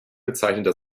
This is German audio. bezeichnete